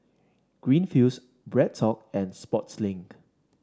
Greenfields BreadTalk and Sportslink